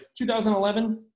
2011